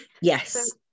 yes